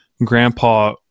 grandpa